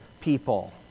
people